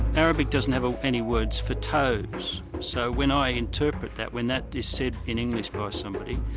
arabic doesn't have any words for toes, so when i interpret that, when that is said in english by somebody,